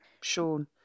Sean